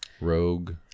Rogue